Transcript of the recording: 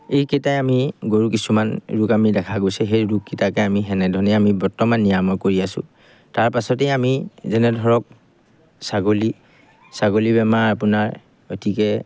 এইকেইটাই আমি গৰু কিছুমান ৰোগ আমি দেখা গৈছে সেই ৰোগকেইটাকে আমি সেনেধৰণে আমি বৰ্তমান নিৰাময় কৰি আছো তাৰপাছতেই আমি যেনে ধৰক ছাগলী ছাগলী বেমাৰ আপোনাৰ অতিকৈ